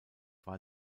war